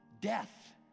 death